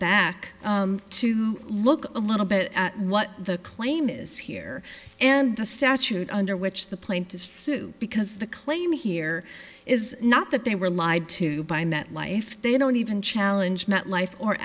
back to look a little bit at what the claim is here and the statute under which the plaintiffs sued because the claim here is not that they were lied to by met life they don't even challenge met life or